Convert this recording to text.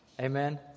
Amen